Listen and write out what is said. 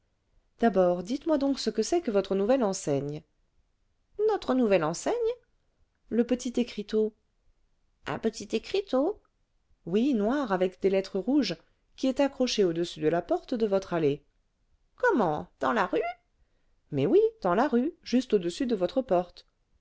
d'abord dites-moi donc ce que c'est que votre nouvelle enseigne notre nouvelle enseigne le petit écriteau un petit écriteau oui noir avec des lettres rouges qui est accroché au-dessus de la porte de votre allée comment dans la rue mais oui dans la rue juste au-dessus de votre porte